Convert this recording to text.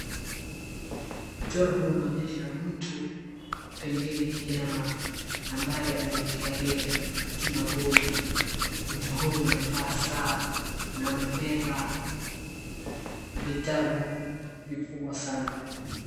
Mchoro huu unaonyesha mtu pengine kilema ambaye amekikalia kiti maguru. Mtu huyu amevaa saa na amebeba vitabu vikubwa sana.